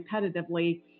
repetitively